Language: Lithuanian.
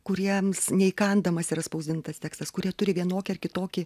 kuriems neįkandamas yra spausdintas tekstas kurie turi vienokį ar kitokį